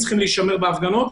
צריכים להישמר בהפגנות,